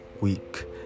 week